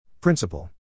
Principle